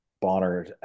Bonner